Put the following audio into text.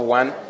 one